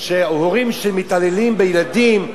של הורים שמתעללים בילדים,